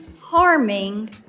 harming